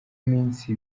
iminsi